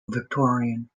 victorian